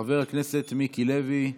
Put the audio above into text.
חבר הכנסת מיקי לוי,